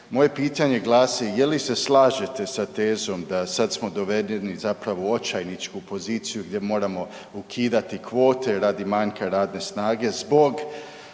Moje pitanje glasi, je li se slažete sa tezom da sad smo dovedeni zapravo u očajničku poziciju gdje moramo ukidati kvote radi manjka radne snage zbog